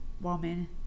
woman